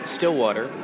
Stillwater